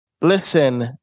Listen